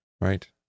right